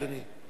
אדוני.